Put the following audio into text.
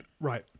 right